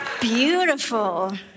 Beautiful